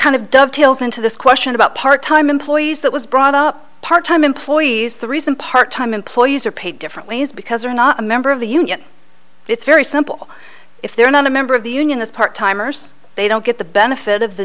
kind of dovetails into this question about part time employees that was brought up part time employees the reason part time employees are paid differently is because they are not a member of the union it's very simple if they're not a member of the union this part timers they don't get the benefit of the